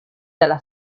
dalla